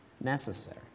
necessary